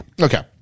Okay